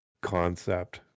concept